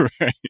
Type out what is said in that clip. Right